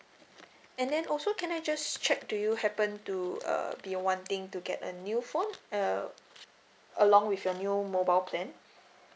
and then also can I just check do you happen to uh be wanting to get a new phone uh along with your new mobile plan